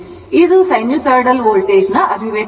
ಆದ್ದರಿಂದ ಇದು sinusoidal voltage ನ ಅಭಿವ್ಯಕ್ತಿ ಆಗಿದೆ